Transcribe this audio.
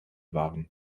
waren